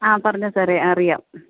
ആ പറഞ്ഞോ സാറെ അറിയാം